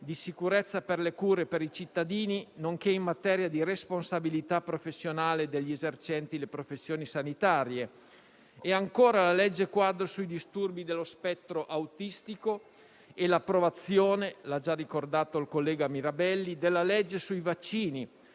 di sicurezza delle cure per i cittadini, nonché in materia di responsabilità professionale degli esercenti le professioni sanitarie. Ricordo anche la legge quadro sui disturbi dello spettro autistico e l'approvazione - l'ha già ricordato il collega Mirabelli - della legge sui vaccini,